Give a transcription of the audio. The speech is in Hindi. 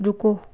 रुको